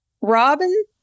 robin